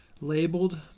labeled